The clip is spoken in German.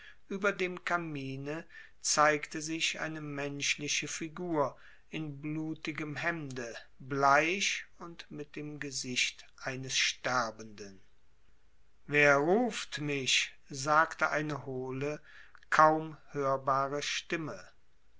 über dem kamine zeigte sich eine menschliche figur in blutigem hemde bleich und mit dem gesicht eines sterbenden wer ruft mich sagte eine hohle kaum hörbare stimme